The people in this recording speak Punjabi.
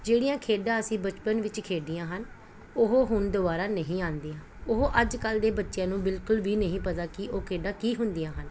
ਜਿਹੜੀਆਂ ਖੇਡਾਂ ਅਸੀਂ ਬਚਪਨ ਵਿੱਚ ਖੇਡੀਆਂ ਹਨ ਉਹ ਹੁਣ ਦੁਬਾਰਾ ਨਹੀਂ ਆਉਂਦੀਆਂ ਉਹ ਅੱਜ ਕੱਲ੍ਹ ਦੇ ਬੱਚਿਆਂ ਨੂੰ ਬਿਲਕੁਲ ਵੀ ਨਹੀਂ ਪਤਾ ਕਿ ਉਹ ਖੇਡਾਂ ਕੀ ਹੁੰਦੀਆਂ ਹਨ